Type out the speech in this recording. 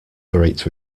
great